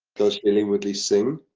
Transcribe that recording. does shailene woodley sing?